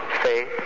faith